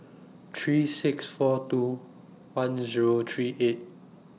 three six four two one Zero three eight